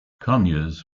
conyers